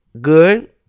Good